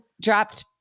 dropped